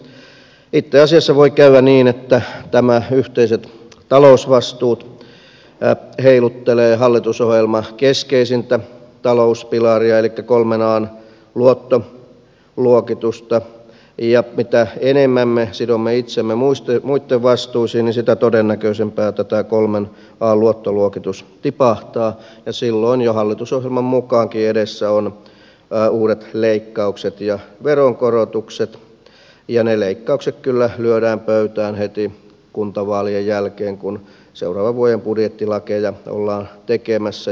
itse asiassa voi käydä niin että nämä yhteiset talousvastuut heiluttelevat hallitusohjelman keskeisintä talouspilaria elikkä kolmen an luottoluokitusta ja mitä enemmän me sidomme itsemme muitten vastuisiin sitä todennäköisempää on että tämä kolmen an luottoluokitus tipahtaa ja silloin jo hallitusohjelman mukaankin edessä ovat uudet leikkaukset ja veronkorotukset ja ne leikkaukset kyllä lyödään pöytään heti kuntavaalien jälkeen kun seuraavan vuoden budjettilakeja ollaan tekemässä